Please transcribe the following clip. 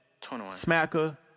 smacker